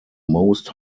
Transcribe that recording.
most